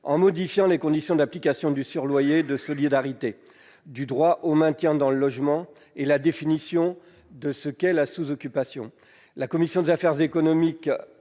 en modifiant les conditions d'application du surloyer de solidarité et du droit au maintien dans le logement, ainsi que la définition de la sous-occupation. La commission des affaires économiques